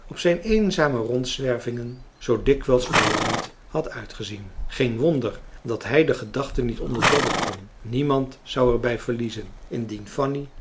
op zijn eenzame rondzwervingen zoo dikwijls verlangend had uitgezien geen wonder dat hij de gedachte niet onderdrukken kon niemand zou er bij verliezen indien fanny